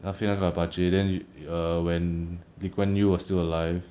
他飞那个 apache then err when lee kuan yew was still alive